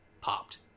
popped